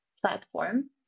platform